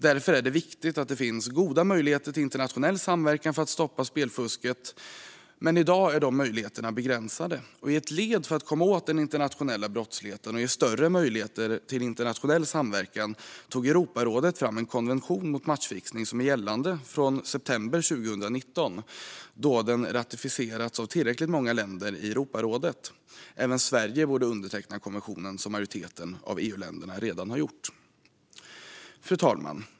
Därför är det viktigt att det finns goda möjligheter till internationell samverkan för att stoppa spelfusket, men i dag är dessa möjligheter begränsade. Som ett led i att komma åt den internationella brottsligheten och ge större möjligheter till internationell samverkan tog Europarådet fram en konvention mot matchfixning som gäller från september 2019, då den hade ratificerats av tillräckligt många länder i Europarådet. Även Sverige borde underteckna konventionen, så som majoriteten av EU-länderna redan har gjort. Fru talman!